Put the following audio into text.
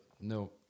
no